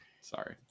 Sorry